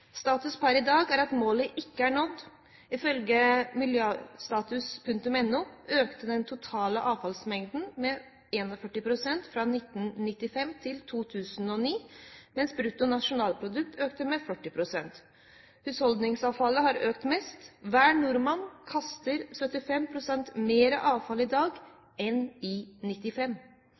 Status per i dag er at målet ikke er nådd. Ifølge miljostatus.no økte den totale avfallsmengden med 41 pst. fra 1995 til 2009, mens brutto nasjonalprodukt økte med 40 pst. Husholdningsavfallet har økt mest. Hver nordmann kaster 75 pst. mer avfall i dag enn i